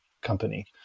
company